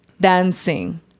dancing